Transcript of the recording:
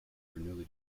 bernoulli